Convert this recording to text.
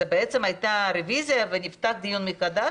בעצם זו הייתה רוויזיה ונפתח דיון מחדש.